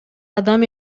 адам